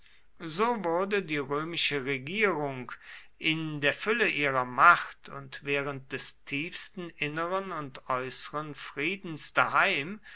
so wurde die römische regierung in der fülle ihrer macht und während des tiefsten inneren und äußeren friedens daheim